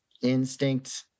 instinct